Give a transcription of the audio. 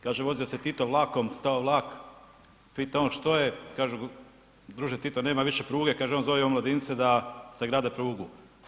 Kaže, vozio se Tito vlakom, stao vlak, pita on što je, kažu druže Tito nema više pruge, kaže on zovi omladince da sagrade prugu.